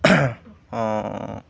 অঁ অঁ